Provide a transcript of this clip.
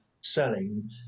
selling